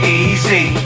easy